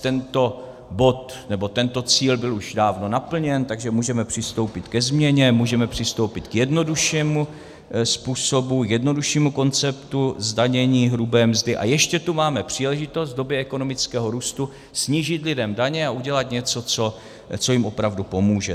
Tento bod, nebo tento cíl už byl dávno naplněn, takže můžeme přistoupit ke změně, můžeme přistoupit k jednoduššímu konceptu zdanění hrubé mzdy, a ještě tu máme příležitost v době ekonomického růstu snížit lidem daně a udělat něco, co jim opravdu pomůže.